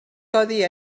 codi